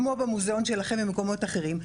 כמו במוזיאון שלכם ובמקומות אחרים,